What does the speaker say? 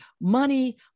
money